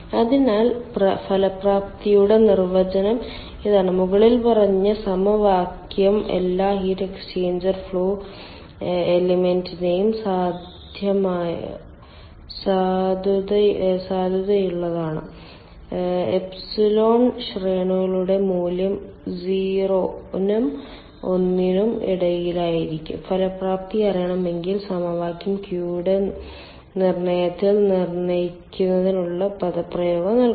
അതിനാൽ ഫലപ്രാപ്തിയുടെ നിർവചനം ഇതാണ് മുകളിൽ പറഞ്ഞ സമവാക്യം എല്ലാ ഹീറ്റ് എക്സ്ചേഞ്ചർ ഫ്ലോ എലമെന്റിനും സാധുതയുള്ളതാണ് എപ്സിലോൺ ശ്രേണികളുടെ മൂല്യം 0 നും ഒന്നിനും ഇടയിലായിരിക്കും ഫലപ്രാപ്തി അറിയാമെങ്കിൽ സമവാക്യം Q യുടെ നിർണ്ണയത്തിൽ നിർണ്ണയിക്കുന്നതിനുള്ള പദപ്രയോഗം നൽകുന്നു